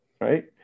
right